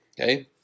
Okay